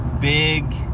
big